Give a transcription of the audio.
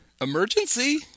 emergency